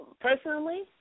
personally